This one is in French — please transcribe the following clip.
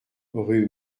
rue